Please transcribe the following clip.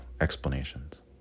explanations